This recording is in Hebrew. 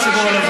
עולב שבעולבים.